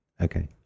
Okay